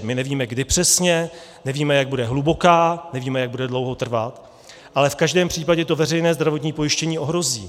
My nevíme, kdy přesně, nevíme, jak bude hluboká, nevíme, jak bude dlouho trvat, ale v každém případě to veřejné zdravotní pojištění ohrozí.